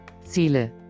Ziele